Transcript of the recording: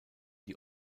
die